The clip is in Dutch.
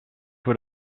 voor